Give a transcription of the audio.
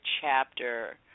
chapter